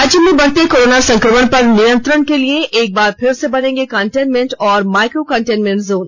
राज्य में बढ़ते कोरोना संक्रमण पर नियंत्रण के लिए एक बार फिर से बनेंगे कंटेनमेंट और माइक्रो कंटेनमेंट जोन